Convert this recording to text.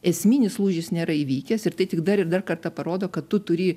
esminis lūžis nėra įvykęs ir tai tik dar ir dar kartą parodo kad tu turi